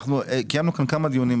ששמענו,